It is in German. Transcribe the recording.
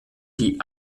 die